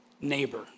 neighbor